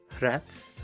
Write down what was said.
Rats